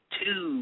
two